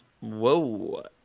Whoa